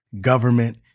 Government